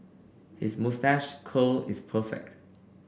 his moustache curl is perfect